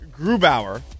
Grubauer